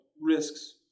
risks